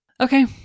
Okay